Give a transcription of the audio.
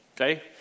okay